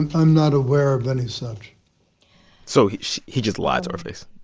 and i'm not aware of any such so he he just lied to her face